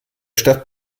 stadt